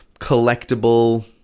collectible